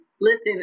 Listen